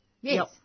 Yes